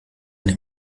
eine